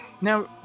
Now